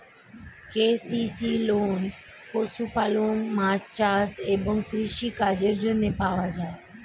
KCC loan পশুপালন, মাছ চাষ এবং কৃষি কাজের জন্য পাওয়া যায়